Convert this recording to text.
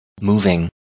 moving